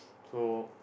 so